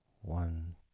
one